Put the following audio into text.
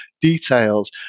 details